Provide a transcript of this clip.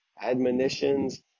admonitions